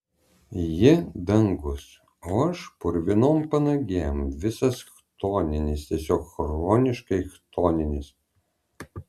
ji dangus o aš purvinom panagėm visas chtoninis tiesiog chroniškai chtoninis